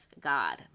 God